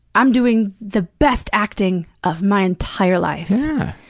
i'm doing the best acting of my entire life. yeah!